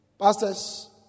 Pastors